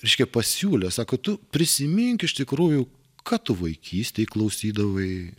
reiškia pasiūlė sako tu prisimink iš tikrųjų ką tu vaikystėj klausydavai